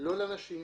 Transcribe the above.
לא לנשים,